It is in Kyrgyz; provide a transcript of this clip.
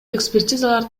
экспертизалар